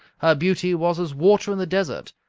her beauty was as water in the desert,